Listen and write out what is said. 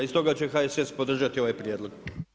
I stoga će HSS podržati ovaj prijedlog.